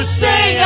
say